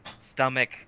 stomach